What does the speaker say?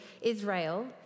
Israel